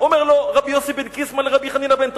אומר לו רבי יוסי בן קיסמא לרבי חנינא בן תרדיון,